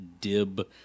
Dib